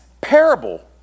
parable